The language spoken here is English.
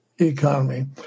economy